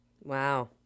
Wow